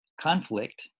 conflict